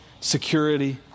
security